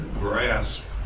grasp